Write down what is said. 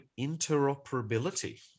interoperability